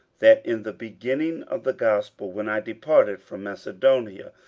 that in the beginning of the gospel, when i departed from macedonia,